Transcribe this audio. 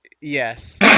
Yes